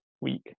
week